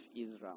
Israel